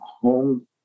home